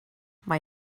mae